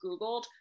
googled